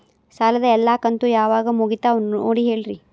ಸಾಲದ ಎಲ್ಲಾ ಕಂತು ಯಾವಾಗ ಮುಗಿತಾವ ನೋಡಿ ಹೇಳ್ರಿ